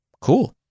Cool